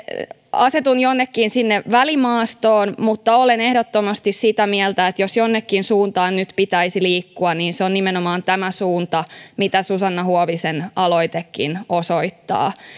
asetun jonnekin sinne välimaastoon mutta olen ehdottomasti sitä mieltä että jos jonnekin suuntaan nyt pitäisi liikkua niin se on nimenomaan tämä suunta mitä susanna huovisen aloitekin osoittaa